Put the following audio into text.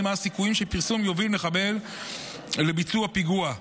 מה הסיכויים שפרסום יוביל מחבל לביצוע פיגוע.